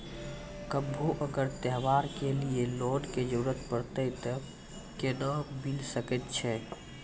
कभो अगर त्योहार के लिए लोन के जरूरत परतै तऽ केना मिल सकै छै?